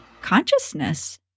consciousness